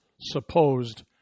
supposed